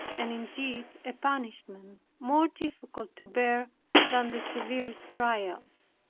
and indeed a punishment more difficult to bear than the severest trials.